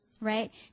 right